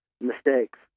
mistakes